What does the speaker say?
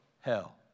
hell